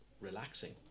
relaxing